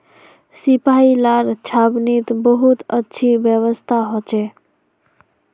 सिपाहि लार छावनीत बहुत अच्छी व्यवस्था हो छे